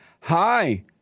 Hi